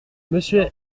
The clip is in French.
monsieur